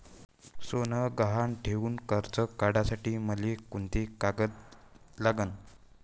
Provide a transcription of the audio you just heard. सोनं गहान ठेऊन कर्ज काढासाठी मले कोंते कागद लागन?